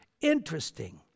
Interesting